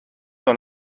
dans